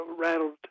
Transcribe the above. rattled